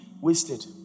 wasted